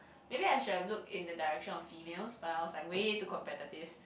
maybe I should have looked in the direction of females but I was like way too competitive